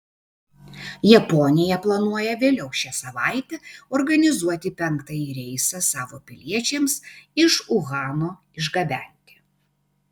japonija planuoja vėliau šią savaitę organizuoti penktąjį reisą savo piliečiams iš uhano išgabenti